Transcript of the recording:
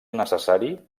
necessari